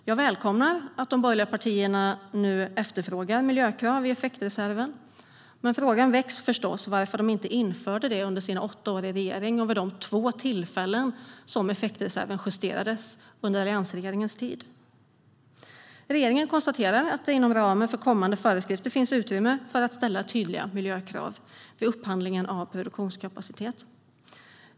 Jag välkomnar att de borgerliga partierna nu efterfrågar miljökrav i effektreserven, men frågan väcks förstås varför de inte införde det under sina åtta år i regeringsställning och vid de två tillfällen när effektreserven justerades under alliansregeringens tid. Regeringen konstaterar att det inom ramen för kommande föreskrifter finns utrymme för att ställa tydliga miljökrav vid upphandling av produktionskapacitet.